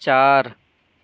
چار